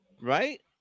Right